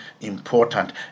important